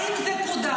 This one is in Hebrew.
האם זה קודם?